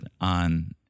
on